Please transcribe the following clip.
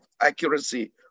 accuracy